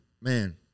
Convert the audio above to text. Man